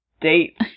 date